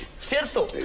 ¿Cierto